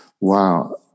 Wow